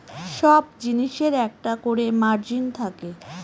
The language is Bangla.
সব জিনিসের একটা করে মার্জিন থাকে